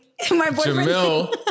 Jamil